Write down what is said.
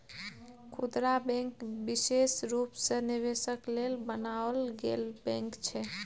खुदरा बैंक विशेष रूप सँ निवेशक लेल बनाओल गेल बैंक छै